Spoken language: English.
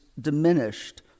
diminished